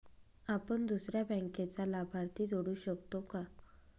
आपण दुसऱ्या बँकेचा लाभार्थी जोडू शकतो का?